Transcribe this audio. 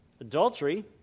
adultery